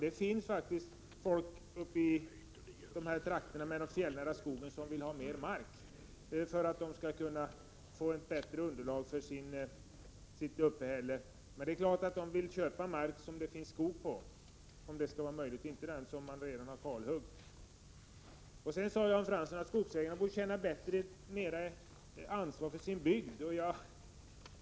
Det finns människor i trakterna med fjällnära skog, Jan Fransson, som vill ha mer mark för att kunna få ett bättre underlag för sitt uppehälle. Men det är klart att de vill köpa mark som det finns skog på, om de skall få en bättre försörjning, inte sådan mark som redan har kalhuggits. Jan Fransson sade också att skogsägarna borde känna mer ansvar för sin bygd.